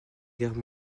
guerre